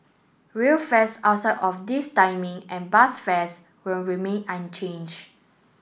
rail fares outside of this timing and bus fares will remain unchanged